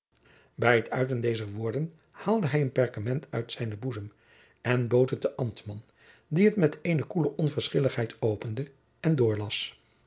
bij het uiten dezer woorden haalde hij een perkament uit zijnen boezem en bood het den ambtman die het met eene koele onverschilligheid opende en doorlas